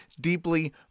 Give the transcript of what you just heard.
deeply